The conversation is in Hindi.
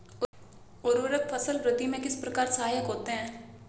उर्वरक फसल वृद्धि में किस प्रकार सहायक होते हैं?